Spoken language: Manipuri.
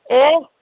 ꯑꯦ